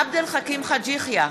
עבד אל חכים חאג' יחיא,